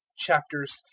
Chapters